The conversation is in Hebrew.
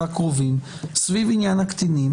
חודשים הקרובים סביב עניין הקטינים,